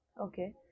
Okay